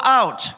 out